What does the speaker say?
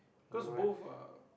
cause both are